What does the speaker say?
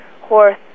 horse